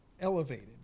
elevated